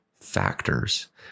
factors